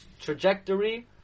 trajectory